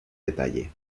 detalle